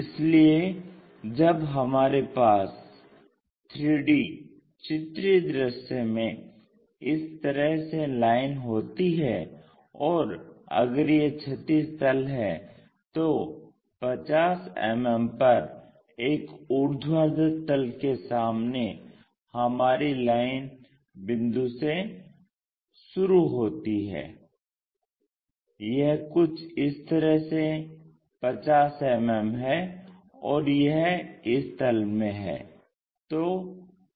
इसलिए जब हमारे पास 3D चित्रीय दृश्य में इस तरह से लाइन होती है और अगर यह क्षैतिज तल है तो 50 मिमी पर एक ऊर्ध्वाधर तल के सामने हमारी लाइन बिंदु स से शुरू होती है यह कुछ इस तरह से 50 मिमी है और यह इस तल में है